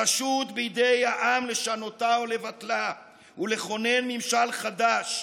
הרשות בידי העם לשנותה או לבטלה ולכונן ממשל חדש,